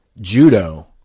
judo